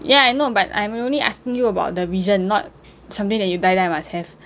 ya I know but I'm only asking you about the vision not something that you die die must have